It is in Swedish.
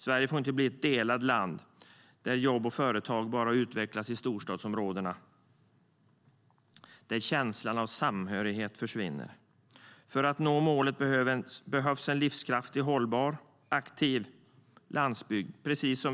Sverige får inte bli ett delat land, där jobb och företag bara utvecklas i storstadsområdena och där känslan av samhörighet försvinner. För att nå målet behövs en livskraftig, hållbar och aktiv landsbygd.